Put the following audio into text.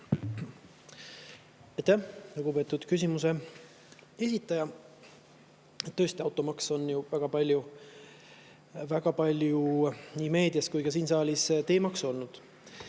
Aitäh, lugupeetud küsimuse esitaja! Tõesti, automaks on väga palju nii meedias kui ka siin saalis teemaks olnud.